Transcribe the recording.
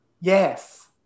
Yes